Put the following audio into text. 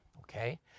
okay